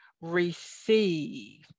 receive